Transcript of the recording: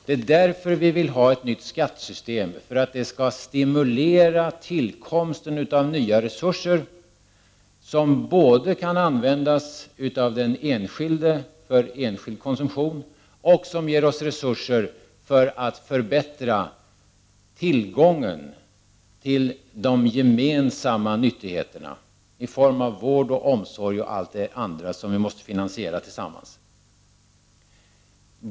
Det är därför vi vill ha ett nytt skattesystem, för att det skall stimulera tillkomsten av nya resurser, som kan både användas av den enskilde för enskild konsumtion och förbättra till gången till de gemensamma nyttigheterna i form av vård och omsorg och allt det andra som vi måste finansiera tillsammans.